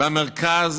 במרכז,